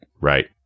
Right